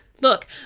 Look